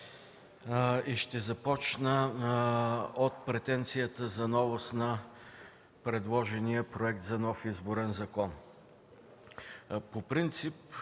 Ще започна от претенцията за новост на предложения проект за нов изборен закон.